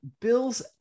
Bills